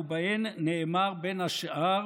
שבהן נאמר בין השאר,